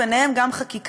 ובהן גם חקיקה,